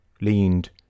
leaned